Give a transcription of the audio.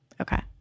okay